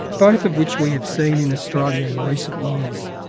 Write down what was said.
both of which we have seen in australia in recent years.